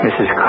Mrs